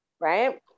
right